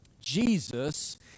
Jesus